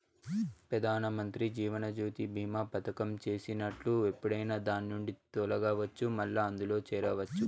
పెదానమంత్రి జీవనజ్యోతి బీమా పదకం చేసినట్లు ఎప్పుడైనా దాన్నిండి తొలగచ్చు, మల్లా అందుల చేరచ్చు